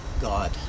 god